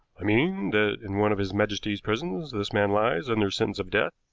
i mean that in one of his majesty's prisons this man lies under sentence of death,